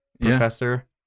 professor